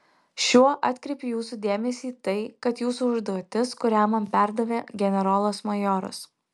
šiuo atkreipiu jūsų dėmesį į tai kad jūsų užduotis kurią man perdavė generolas majoras